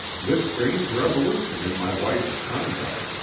this strange revolution in my wife's conduct,